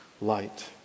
light